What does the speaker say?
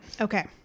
Okay